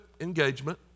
engagement